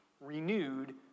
renewed